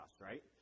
right